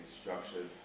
structured